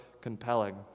compelling